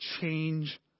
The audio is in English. change